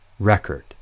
record